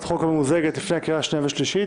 חוק התכנון והבנייה לפני קריאה שנייה ושלישית?